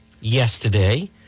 yesterday